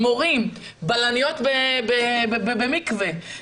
בלניות במקווה.